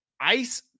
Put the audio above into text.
ice